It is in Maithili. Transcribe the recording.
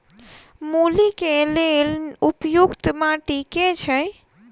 मूली केँ लेल उपयुक्त माटि केँ छैय?